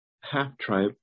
half-tribe